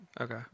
Okay